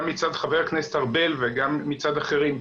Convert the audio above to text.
גם מצד חבר הכנסת ארבל וגם מצד אחרים,